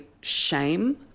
shame